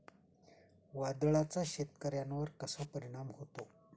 वादळाचा शेतकऱ्यांवर कसा परिणाम होतो?